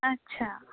अच्छा